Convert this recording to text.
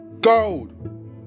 gold